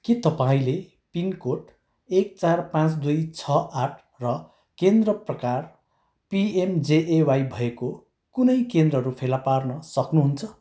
के तपाईँँले पिनकोड एक चार पाँच दुई छ आठ र केन्द्र प्रकार पिएमजेएवाई भएको कुनै केन्द्रहरू फेला पार्न सक्नु हुन्छ